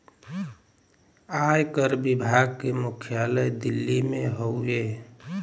आयकर विभाग के मुख्यालय दिल्ली में हउवे